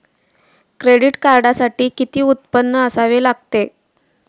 Credit कार्डसाठी किती उत्पन्न असावे लागते?